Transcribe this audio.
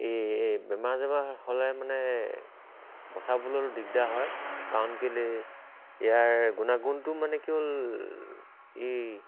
এই এই বেমাৰ চেমাৰ হ'লে মানে বচাবলৈ অলপ দিগদাৰ হয় কাৰণ কেলেই ইয়াৰ গুণাগুণটো মানে কি হ'ল এই